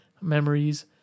Memories